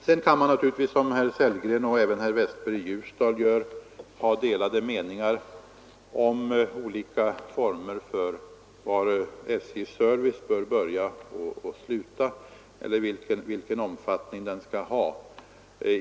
Man kan vidare naturligtvis, som herr Sellgren och även herr Westberg i Ljusdal, ha delade meningar om eller var SJ:s service bör börja och sluta eller om vilken omfattning den skall ha.